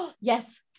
yes